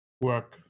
work